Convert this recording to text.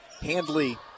Handley